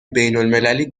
بینالمللی